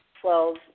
Twelve